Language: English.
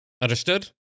Understood